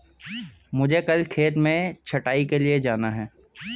मुझे कल खेत में छटाई के लिए जाना है